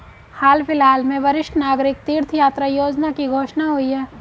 हाल फिलहाल में वरिष्ठ नागरिक तीर्थ यात्रा योजना की घोषणा हुई है